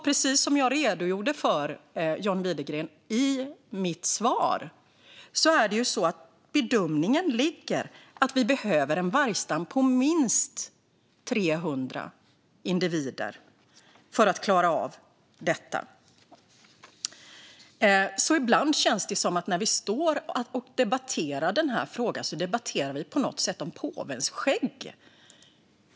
Precis som jag redogjorde för i mitt svar, John Widegren, ligger bedömningen på att vi behöver en vargstam på minst 300 individer för att klara av detta. Ibland när vi står och debatterar den här frågan känns det som att vi på något sätt tvistar om påvens skägg.